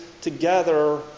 together